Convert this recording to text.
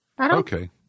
Okay